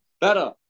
better